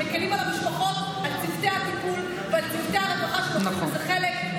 מקילים על המשפחות ועל צוותי הטיפול ועל צוותי הרווחה שלוקחים בזה חלק.